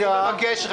אני מבקש,